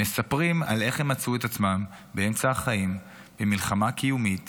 הם מספרים על איך הם מצאו את עצמם באמצע החיים במלחמה קיומית